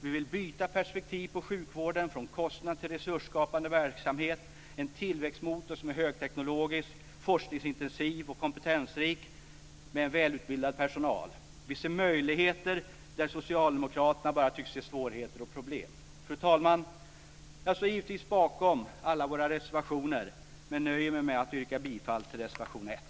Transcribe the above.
Vi vill byta perspektiv på sjukvården från kostnad till resursskapande verksamhet - en tillväxtmotor som är högteknologisk, forskningsintensiv och kompetensrik med en välutbildad personal. Vi ser möjligheter där socialdemokraterna bara tycks se svårigheter och problem. Fru talman! Jag står givetvis bakom alla våra reservationer men nöjer mig med att yrka bifall till reservation 1.